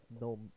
no